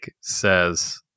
says